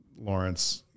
lawrence